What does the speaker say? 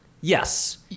Yes